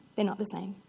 they are not the same.